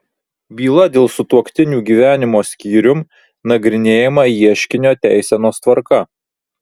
byla dėl sutuoktinių gyvenimo skyrium nagrinėjama ieškinio teisenos tvarka